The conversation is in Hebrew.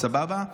סבבה?